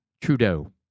Trudeau